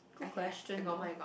good question though